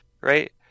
right